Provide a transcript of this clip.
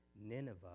Nineveh